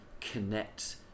connect